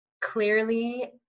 clearly